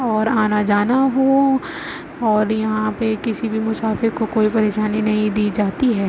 اور آنا جانا ہو اور یہاں پہ کسی بھی مسافر کو کوئی پریشانی نہیں دی جاتی ہے